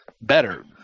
better